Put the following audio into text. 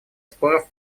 споров